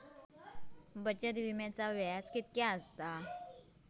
बचत विम्याचा व्याज किती असता?